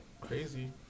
crazy